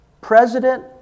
President